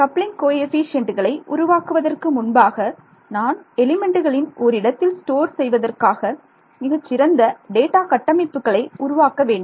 coupling கோஎஃபீஷியேன்ட்டுகளை உருவாக்குவதற்கு முன்பாக நான் எலிமெண்ட்டுகளில் ஓரிடத்தில் ஸ்டோர் செய்வதற்காக மிகச்சிறந்த டேட்டா கட்டமைப்புகளை உருவாக்க வேண்டும்